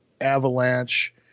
Avalanche